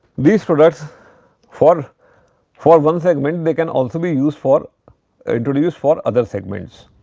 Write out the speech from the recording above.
these products for for one segment they can also be used for introduced for other segments.